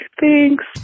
thanks